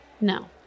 no